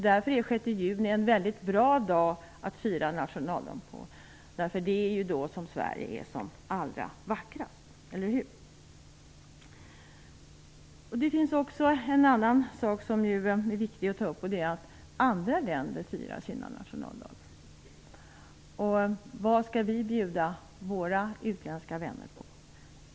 Därför är den 6 juni en väldigt bra dag att fira nationaldagen. Det är ju då som Sverige är som allra vackrast, eller hur? Det finns också en annan sak som är viktig att ta upp i det här sammanhanget, nämligen att andra länder firar sina nationaldagar. Vad skall vi bjuda våra utländska vänner på?